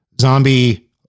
zombie